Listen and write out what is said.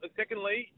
secondly